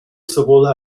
sowohl